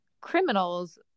criminals